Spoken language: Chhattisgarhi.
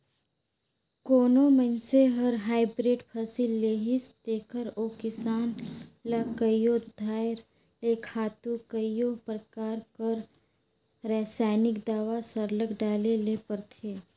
कोनो मइनसे हर हाईब्रिड फसिल लेहिस तेकर ओ किसान ल कइयो धाएर ले खातू कइयो परकार कर रसइनिक दावा सरलग डाले ले परथे